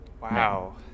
Wow